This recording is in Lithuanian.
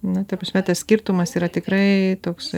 na ta prasme tas skirtumas yra tikrai toks